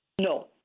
No